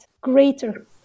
greater